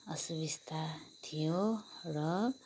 असुविस्ता थियो र